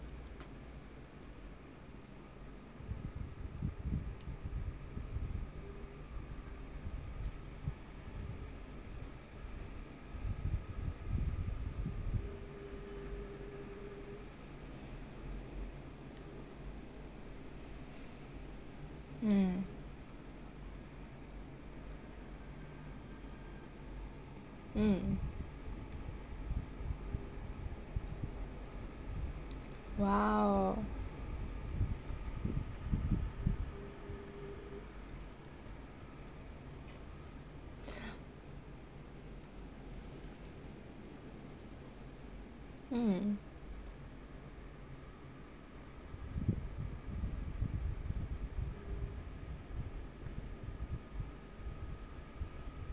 mm mm !wow! mm